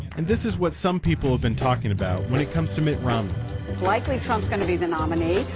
and this is what some people have been talking about when it comes to mitt romney. it's likely trump is going to be the nominee,